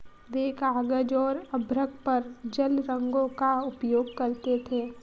वे काग़ज़ और अभ्रक पर जल रंगों का उपयोग करते थे